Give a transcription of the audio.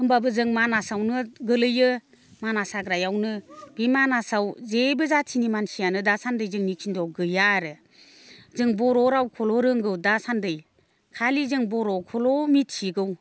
होमब्लाबो जों मानासावनो गोलैयो मानास हाग्रायावनो बे मानासाव जेबो जाथिनि मानसियानो दा सानदि जोंनि खनद'आव गैया आरो जों बर' रावखौल' रोंगौ दा सानदि खालि जों बर'खौल' मिथिगौ